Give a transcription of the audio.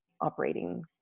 operating